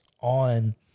on